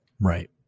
Right